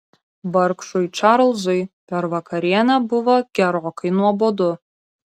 vargšui čarlzui per vakarienę buvo gerokai nuobodu